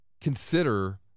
consider